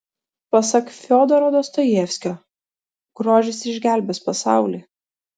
pasak fiodoro dostojevskio grožis išgelbės pasaulį